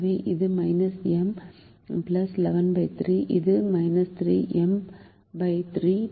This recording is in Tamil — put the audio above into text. எனவே இது M 113 இது 3M 3 113